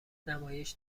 نمایش